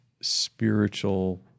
spiritual